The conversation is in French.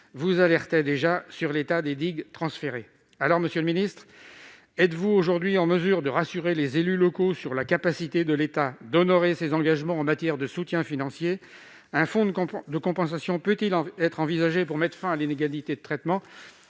vous alertaient déjà sur l'état des digues transférées. Monsieur le secrétaire d'État, êtes-vous aujourd'hui en mesure de rassurer les élus locaux sur la capacité de l'État à honorer ses engagements en matière de soutien financier ? Un fonds de compensation peut-il être envisagé pour mettre fin à l'inégalité de traitement